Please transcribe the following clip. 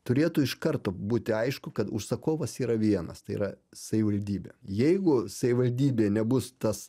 turėtų iš karto būti aišku kad užsakovas yra vienas tai yra savivaldybė jeigu savivaldybė nebus tas